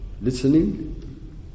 listening